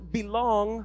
belong